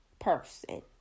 Person